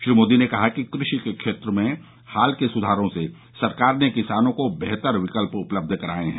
श्री मोदी ने कहा कि कृषि के क्षेत्र में हाल के सुधारों से सरकार ने किसानों को बेहतर विकल्प उपलब्ध कराए हैं